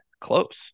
close